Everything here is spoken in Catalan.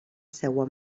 seua